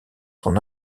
son